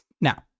now